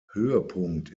höhepunkt